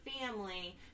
family